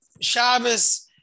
Shabbos